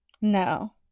no